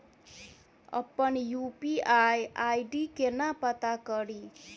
अप्पन UPI ID केना पत्ता कड़ी?